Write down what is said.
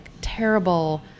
terrible